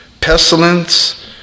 pestilence